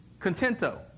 Contento